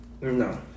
No